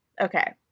Okay